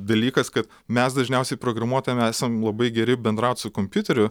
dalykas kad mes dažniausiai programuotojai esam labai geri bendraut su kompiuteriu